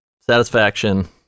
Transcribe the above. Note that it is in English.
satisfaction